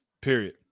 period